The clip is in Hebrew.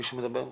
מישהו מדבר,